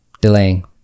Delaying